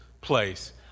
place